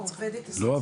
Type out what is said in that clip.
לא,